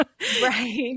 Right